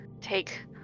take